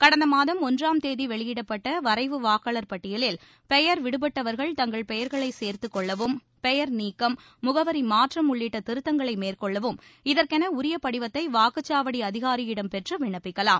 கடந்தமாதம் ஒன்றாம் தேதிவெளியிடப்பட்டவரைவு வாக்காளர் பட்டியலில் பெயர் விடுபட்டவர்கள் தங்கள் பெயர்களைசேர்த்துக் கொள்ளவும் பெயர் நீக்கம் முகவரிமாற்றம் உள்ளிட்டதிருத்தங்களைமேற்கொள்ளவும் இதற்கெனஉரியபடிவத்தைவாக்குச்சாவடிஅதிகாரியிடம் பெற்றவிண்ணப்பிக்கலாம்